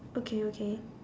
okay okay